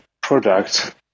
product